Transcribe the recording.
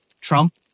Trump